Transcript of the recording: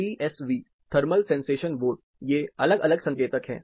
TSV thermal sensation vote ये अलग अलग संकेतक हैं